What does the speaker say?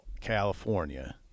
California